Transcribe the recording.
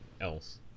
else